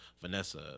Vanessa